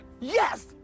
yes